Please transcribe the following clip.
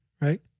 right